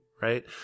right